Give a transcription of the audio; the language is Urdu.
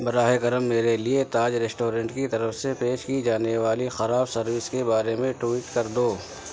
براہِ کرم میرے لیے تاج ریسٹورنٹ کی طرف سے پیش کی جانے والی خراب سروس کے بارے میں ٹویٹ کر دو